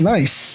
Nice